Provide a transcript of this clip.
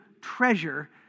treasure